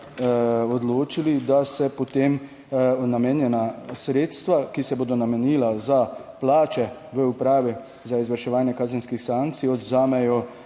odločili, da se potem namenjena sredstva, ki se bodo namenila za plače v Upravi za izvrševanje kazenskih sankcij, odvzamejo